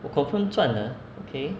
我 confirm 赚的 okay